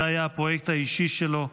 זה היה הפרויקט האישי שלו,